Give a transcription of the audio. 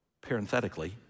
Parenthetically